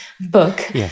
book